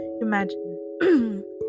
imagine